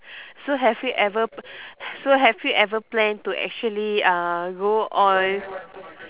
so have you ever so have you ever plan to actually uh go on